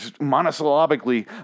monosyllabically